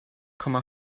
komma